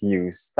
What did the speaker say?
use